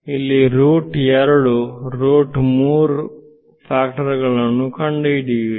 ಇಲ್ಲಿ ನೀವು root 2 root 3 factor ಗಳನ್ನು ಕಂಡುಹಿಡಿಯುವಿರಿ